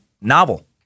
novel